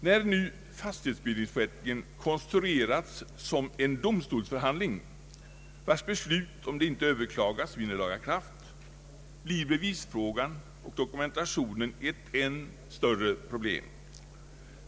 När nu fastighetsbildningsförrättningen konstruerats som en domstolsförhandling, vars beslut om det inte överklagas vinner laga kraft, blir bevisfrågan och dokumentationen ett än större problem.